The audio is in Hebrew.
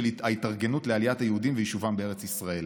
ההתארגנות לעליית היהודים ויישובם בארץ ישראל.